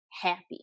happy